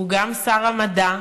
הוא גם שר המדע.